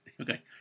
Okay